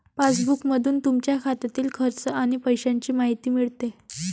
पासबुकमधून तुमच्या खात्यातील खर्च आणि पैशांची माहिती मिळते